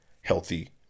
healthy